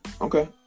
Okay